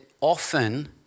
often